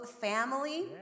family